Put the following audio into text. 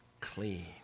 clean